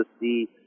see